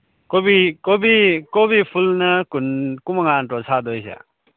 ꯀꯣꯕꯤ ꯀꯣꯕꯤ ꯀꯣꯕꯤ ꯐꯨꯜꯅ ꯀꯨꯟ ꯀꯨꯟꯃꯉꯥ ꯅꯠꯇ꯭ꯔꯣ ꯁꯥꯗꯣꯏꯁꯦ